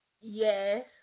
Yes